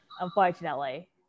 Unfortunately